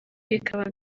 bikaba